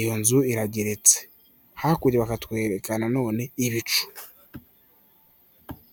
iyo nzu irageretse, hakurya bakatwereka none ibicu.